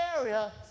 area